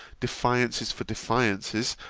defiances for defiances,